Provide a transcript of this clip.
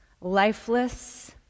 lifeless